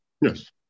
Yes